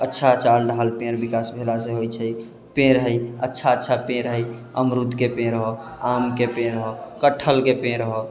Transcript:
अच्छा चाल ढाल पेड़ विकास भेलासँ होइ छै पेड़ हइ अच्छा अच्छा पेड़ हइ अमरूदके पेड़ हउ आमके पेड़ हउ कटहलके पेड़ हउ